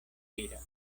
diras